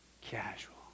casual